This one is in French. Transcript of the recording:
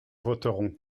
voterons